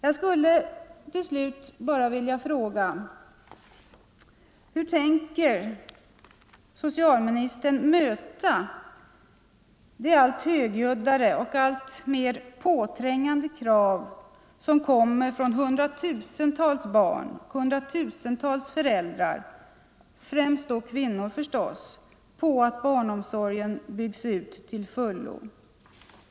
Jag skulle till slut bara vilja fråga: Hur tänker socialministern möta det allt högljuddare och alltmer påträngande krav som kommer från hundratusentals barn och föräldrar, främst då kvinnor förstås, på att barnomsorgen byggs ut till fullo?